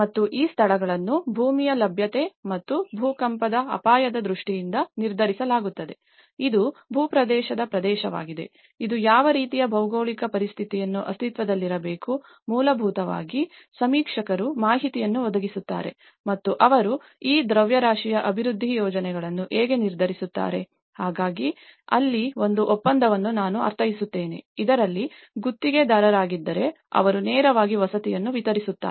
ಮತ್ತು ಈ ಸ್ಥಳಗಳನ್ನು ಭೂಮಿಯ ಲಭ್ಯತೆ ಮತ್ತು ಭೂಕಂಪದ ಅಪಾಯದ ದೃಷ್ಟಿಯಿಂದ ನಿರ್ಧರಿಸಲಾಗುತ್ತದೆ ಇದು ಭೂಪ್ರದೇಶದ ಪ್ರದೇಶವಾಗಿದೆ ಇದು ಯಾವ ರೀತಿಯ ಭೌಗೋಳಿಕ ಪರಿಸ್ಥಿತಿಗಳು ಅಸ್ತಿತ್ವದಲ್ಲಿರಬೇಕು ಮೂಲಭೂತವಾಗಿ ಸಮೀಕ್ಷಕರು ಮಾಹಿತಿಯನ್ನು ಒದಗಿಸುತ್ತಾರೆ ಮತ್ತು ಅವರು ಈ ದ್ರವ್ಯರಾಶಿಯ ಅಭಿವೃದ್ಧಿ ಯೋಜನೆಗಳನ್ನು ಹೇಗೆ ನಿರ್ಧರಿಸುತ್ತಾರೆ ಹಾಗಾಗಿ ಅಲ್ಲಿ ಒಂದು ಒಪ್ಪಂದವನ್ನು ನಾನು ಅರ್ಥೈಸುತ್ತೇನೆ ಇದರಲ್ಲಿ ಗುತ್ತಿಗೆದಾರರಾಗಿದ್ದರೆ ಅವರು ನೇರವಾಗಿ ವಸತಿಗಳನ್ನು ವಿತರಿಸುತ್ತಾರೆ